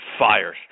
firestorm